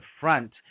front